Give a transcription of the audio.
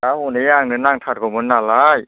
दा हनै आंनो नांथारगौमोन नालाय